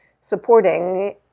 supporting